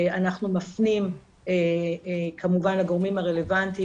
אנחנו מפנים כמובן לגורמים הרלבנטיים,